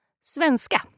svenska